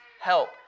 help